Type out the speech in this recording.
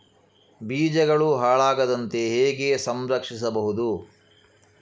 ಬೀಜಗಳು ಹಾಳಾಗದಂತೆ ಹೇಗೆ ಸಂರಕ್ಷಿಸಬಹುದು?